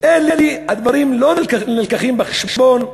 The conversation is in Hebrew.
הדברים האלה לא נלקחים בחשבון,